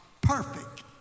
perfect